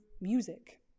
music